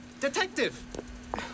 Detective